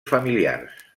familiars